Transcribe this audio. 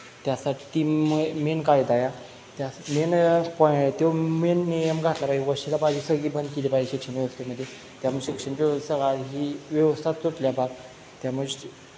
त्यासाठी म मेन कायदा आहे हा त्यासा मेन तो मेन तो नियम घातला पाहिजे वशिलाबाजी सगळी बंद केली पाहिजे शिक्षण व्यवस्थेमध्ये त्यामुळे शिक्षण व्यवस्था ही व्यवस्था तुटल्या